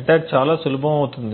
attack చాలా సులభం అవుతుంది